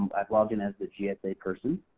i've logged in as the gsa person.